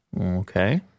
Okay